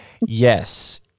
Yes